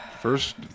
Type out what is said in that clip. First